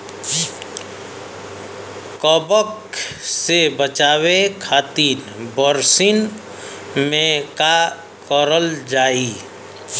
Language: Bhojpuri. कवक से बचावे खातिन बरसीन मे का करल जाई?